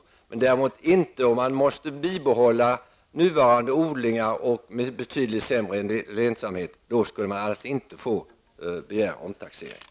Det går däremot inte om man måste bibehålla nuvarande odlingar men med betydligt sämre lönsamhet. Då skulle man alltså inte få begära omtaxering.